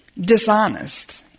dishonest